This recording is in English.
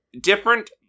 different